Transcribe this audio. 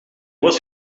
was